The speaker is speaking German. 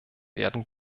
werden